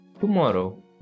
tomorrow